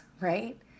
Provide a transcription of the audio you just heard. right